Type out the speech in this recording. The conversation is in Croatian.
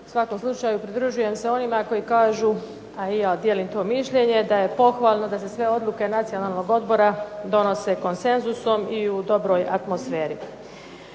svakom slučaju pridružujem se onima koji kažu, a i ja dijelim to mišljenje da je pohvalno da se sve odluke Nacionalnog odbora donose konsenzusom i u dobroj atmosferi.